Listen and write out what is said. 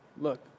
look